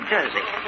Jersey